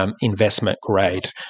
investment-grade